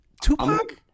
Tupac